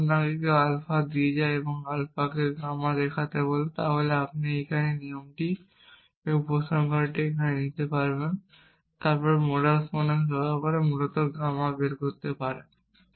যদি কেউ আপনাকে আলফা দিয়ে থাকে এবং আপনাকে গামা দেখাতে বলে তাহলে আপনি এখানে এই নিয়মটি এবং এই উপসংহারটি এখানে নিতে পারেন এবং তারপরে মোডাস পোনেন্স ব্যবহার করে মূলত গামা বের করতে পারে